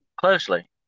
closely